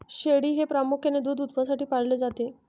शेळी हे प्रामुख्याने दूध उत्पादनासाठी पाळले जाते